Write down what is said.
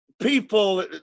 people